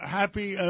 happy